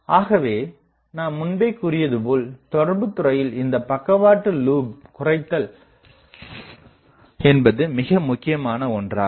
ஆகவே நாம் முன்பே கூறியதுபோல் தொடர்பு துறையில் இந்தப்பக்கவாட்டுலூப் குறைத்தல் என்பது மிக முக்கியமான ஒன்றாகும்